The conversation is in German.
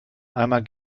einmal